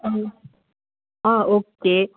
ம் ஆ ஓகே